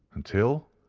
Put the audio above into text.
until,